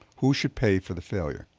who should pay for the failure?